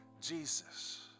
Jesus